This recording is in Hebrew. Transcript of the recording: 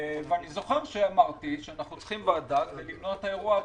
אני זוכר שאמרתי שאנחנו צריכים ועדה כדי למנוע את האירוע הבא.